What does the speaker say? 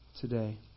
today